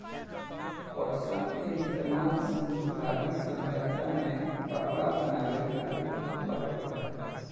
पटसन के इस्तेमाल सिंधु घाटी सभ्यता में कपड़ा बनावे खातिर होखत रहे